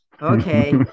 Okay